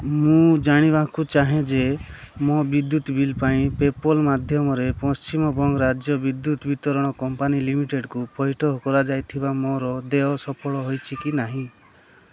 ମୁଁ ଜାଣିବାକୁ ଚାହେଁ ଯେ ମୋ ବିଦ୍ୟୁତ ବିଲ୍ ପାଇଁ ପେପାଲ୍ ମାଧ୍ୟମରେ ପଶ୍ଚିମବଙ୍ଗ ରାଜ୍ୟ ବିଦ୍ୟୁତ ବିତରଣ କମ୍ପାନୀ ଲିମିଟେଡ଼୍କୁ ପଇଠ କରାଯାଇଥିବା ମୋର ଦେୟ ସଫଳ ହୋଇଛି କି ନାହିଁ